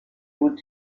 would